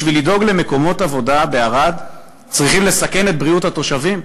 בשביל לדאוג למקומות עבודה בערד צריכים לסכן את בריאות התושבים?